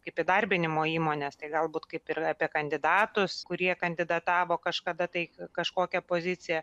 kaip įdarbinimo įmones tai galbūt kaip ir apie kandidatus kurie kandidatavo kažkada tai kažkokią poziciją